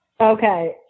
Okay